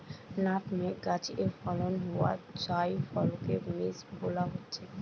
nutmeg গাছে ফলন হোয়া জায়ফলকে মেস বোলা হচ্ছে